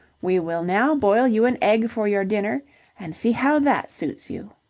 we will now boil you an egg for your dinner and see how that suits you!